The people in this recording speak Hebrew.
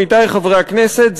עמיתי חברי הכנסת,